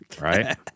Right